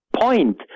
point